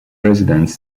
residents